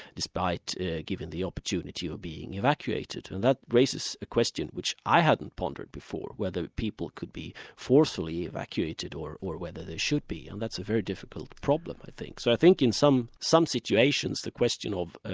despite given the opportunity of being evacuated, and that raises the question which i hadn't pondered before, whether people could be forcibly evacuated, or or whether they should be, and that's a very difficult problem i think. so i think in some some situations the question of